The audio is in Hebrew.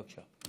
בבקשה.